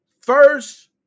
first